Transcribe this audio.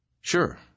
Sure